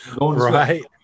Right